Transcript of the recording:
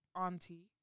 auntie